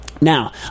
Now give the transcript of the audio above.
now